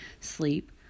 sleep